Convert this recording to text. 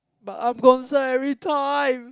but I'm every time